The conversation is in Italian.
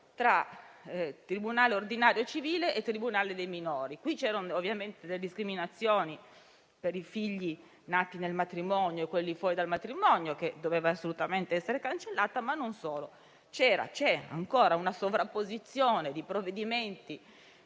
tra tribunale ordinario civile e tribunale dei minori. Qui c'erano delle discriminazioni tra figli nati nel matrimonio e figli nati fuori dal matrimonio, che dovevano assolutamente essere cancellate, ma non solo, perché c'era e c'è ancora una sovrapposizione di provvedimenti,